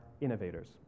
innovators